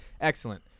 Excellent